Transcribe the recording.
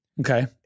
Okay